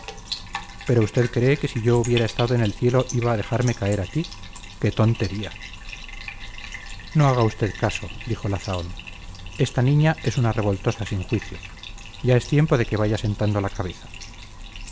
pero usted cree que si yo hubiera estado en el cielo iba a dejarme caer aquí qué tontería no haga usted caso dijo la zahón esta niña es una revoltosa sin juicio ya es tiempo de que vaya sentando la cabeza